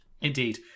indeed